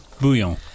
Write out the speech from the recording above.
Bouillon